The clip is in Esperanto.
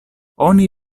oni